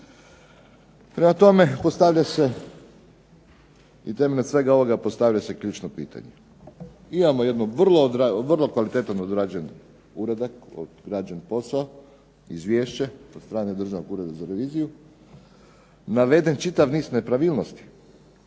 Prema tome, postavlja se i temeljem svega ovoga postavlja se ključno pitanje. Imamo jednu vrlo kvalitetan odrađen uradak, odrađen posao, izvješće od strane Državnog ureda za reviziju, naveden čitav niz nepravilnosti.